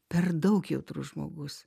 per daug jautrus žmogus